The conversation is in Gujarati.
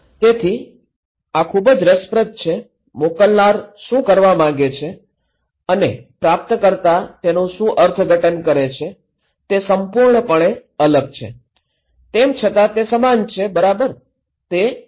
તેથી આ ખૂબ જ રસપ્રદ છે મોકલનાર શું કરવા માંગે છે અને પ્રાપ્તકર્તા તેનું શું અર્થઘટન કરે છે તે સંપૂર્ણપણે અલગ છે તેમ છતાં તે સમાન છે બરાબર તે સમાન છે